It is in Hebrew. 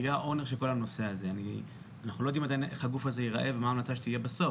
אנחנו לא יודעים עדיין איך הגוף הזה יראה ומה ההמלצה שתהיה בסוף,